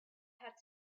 had